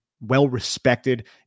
well-respected